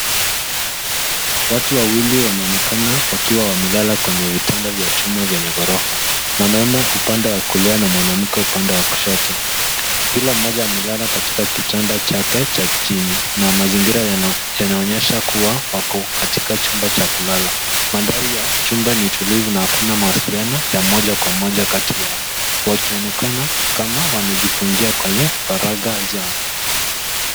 Watu wawili wanaonekana wakiwa wamelala kwenye vitanda vya chuma vya gorofa, mwanaume upande wa kulia na mwanamke upande wa kushoto. Kila mmoja amelala katika kitanda chake cha chini na mazingira yanaonyesha kuwa wako katika chumba cha kulala. Mandhari ya chumba ni tulivu na hakuna mawasiliano ya moja kwa moja kati ya wakionekana kama wamejifungia kwenye faragha zao.